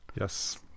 Yes